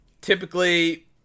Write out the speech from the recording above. Typically